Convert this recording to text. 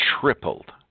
tripled